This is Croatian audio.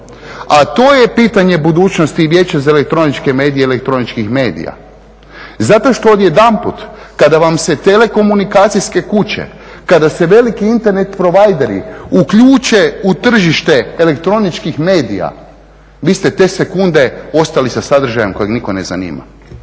A to je pitanje budućnosti i Vijeće za elektroničke medije elektroničkih medija. Zato što odjedanput kada vam se telekomunikacijske kuće, kada se veliki Internet provajderi uključe u tržište elektroničkih medija bi ste te sekunde ostali sa sadržajem koje nikog ne zanima.